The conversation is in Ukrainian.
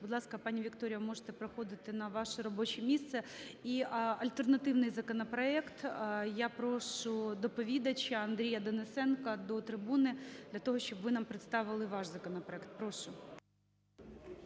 Будь ласка, пані Вікторія, ви можете проходити на ваше робоче місце. І альтернативний законопроект. Я прошу доповідача Андрія Денисенка до трибуни для того, щоб ви нам представили ваш законопроект, прошу.